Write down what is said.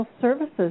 services